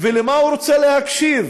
ולמה הוא רוצה להקשיב,